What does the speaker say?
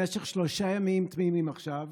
במשך שלושה ימים תמימים עכשיו